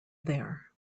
there